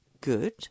good